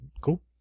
cool